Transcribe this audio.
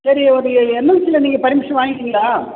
சரி அப்போ என்எல்சியில நீங்கள் பர்மிஷன் வாங்கிட்டீங்களா